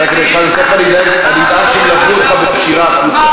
אני אומרת את זה שוב, משפט סיום.